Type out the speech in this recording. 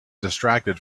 distracted